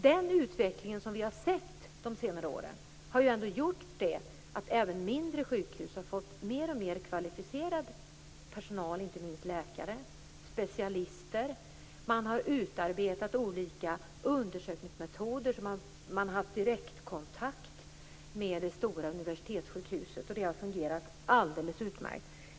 Den utveckling som vi sett under senare år har ju ändå gjort att även mindre sjukhus fått en alltmer kvalificerad personal. Inte minst gäller det läkare och specialister. Olika undersökningsmetoder har utarbetats. Man har haft direktkontakt med det stora universitetssjukhuset, och det har fungerat alldeles utmärkt.